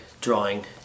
drawing